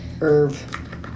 Irv